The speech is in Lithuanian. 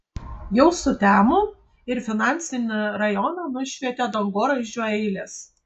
jau sutemo ir finansinį rajoną nušvietė dangoraižių eilės